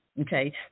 Okay